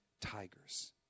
Tigers